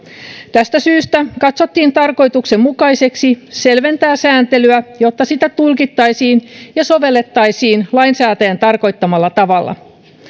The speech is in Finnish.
tästä syystä katsottiin tarkoituksenmukaiseksi selventää sääntelyä jotta sitä tulkittaisiin ja sovellettaisiin lainsäätäjän tarkoittamalla tavalla